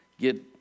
get